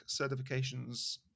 certifications